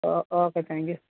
oh okay thank U